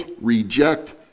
reject